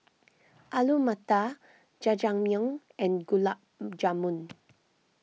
Alu Matar Jajangmyeon and Gulab Jamun